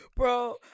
Bro